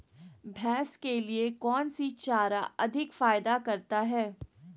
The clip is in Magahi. भैंस के लिए कौन सी चारा अधिक फायदा करता है?